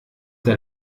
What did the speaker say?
der